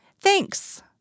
Thanks